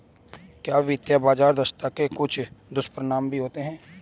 क्या वित्तीय बाजार दक्षता के कुछ दुष्परिणाम भी होते हैं?